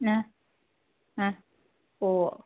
ആ ആ പോവോ